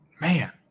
man